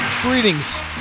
Greetings